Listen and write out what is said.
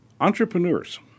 Entrepreneurs